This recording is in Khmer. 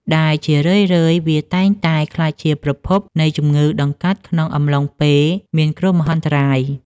ដែលជារឿយៗវាតែងតែក្លាយជាប្រភពនៃជំងឺដង្កាត់ក្នុងកំឡុងពេលមានគ្រោះមហន្តរាយ។